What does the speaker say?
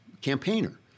campaigner